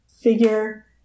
figure